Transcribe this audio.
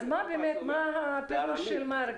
אז מה באמת הפירוש של מרגי?